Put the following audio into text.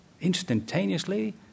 Instantaneously